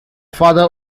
father